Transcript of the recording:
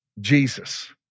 Jesus